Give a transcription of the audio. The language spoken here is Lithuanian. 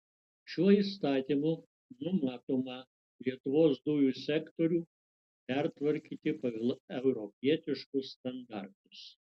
šiuo įstatymu numatoma lietuvos dujų sektorių pertvarkyti pagal europietiškus standartus